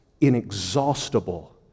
inexhaustible